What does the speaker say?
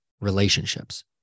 relationships